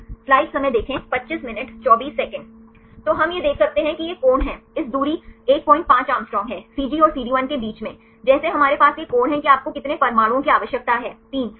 तो हम यह देख सकते हैं कि यह कोण है इस दूरी 15 Å है cG और CD1 के बीच में जैसे हमारे पास यह कोण है कि आपको कितने परमाणुओं की आवश्यकता है 3 सही